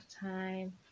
time